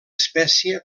espècie